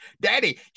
daddy